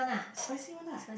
spicy one lah